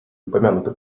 упомянуты